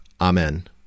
Amen